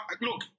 Look